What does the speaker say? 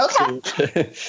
Okay